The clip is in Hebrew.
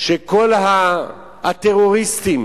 שכל הטרוריסטים